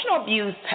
abuse